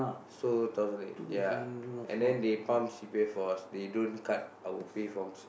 so thousand eight ya and then they pump C_P_F for us they don't cut our pay from